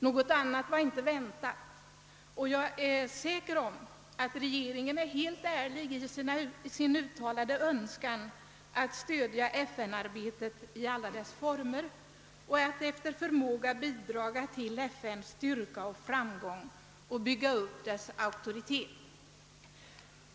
Något annat var inte väntat, och jag är säker på att regeringen är helt ärlig i sin uttalade önskan att stödja FN-arbetet i alla dess former och att etter förmåga bidra till FN:s styrka och framgång och uppbyggandet av dess auktoritet.